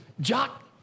Jock